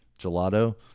gelato